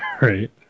Right